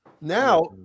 Now